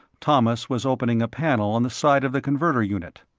thomas was opening a panel on the side of the converter unit.